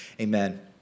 amen